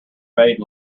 made